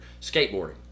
skateboarding